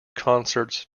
concerts